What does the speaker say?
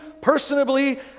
personably